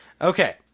Okay